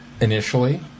initially